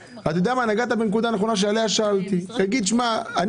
נגעת בנקודה נכונה שעליה שאלתי תגיד: אני